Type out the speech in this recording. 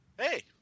hey